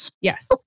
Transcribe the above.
Yes